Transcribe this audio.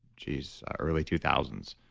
geez, early two thousand